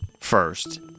first